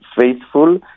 faithful